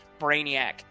brainiac